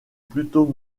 plutôt